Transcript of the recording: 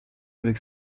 avec